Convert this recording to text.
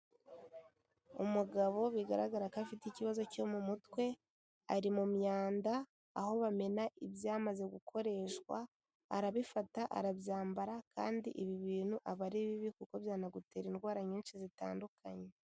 Umugabo bigaragara ko afite ikibazo cyo mu mutwe, ari mu myanda aho bamena ibyamaze gukoreshwa, arabifata arabyambara kandi ibi bintu aba ari bibi kuko byanagutera indwara nyinshi zitandukanye.